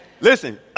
Listen